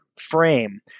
frame